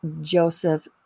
Joseph